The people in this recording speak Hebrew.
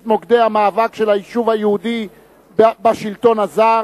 מוקדי המאבק של היישוב היהודי בשלטון הזר,